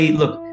look